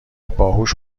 باهوش